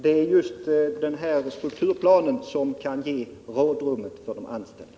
Det är just den här strukturplanen som kan ge rådrum för de anställda.